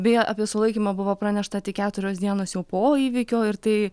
beje apie sulaikymą buvo pranešta tik keturios dienos jau po įvykio ir tai